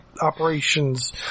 operations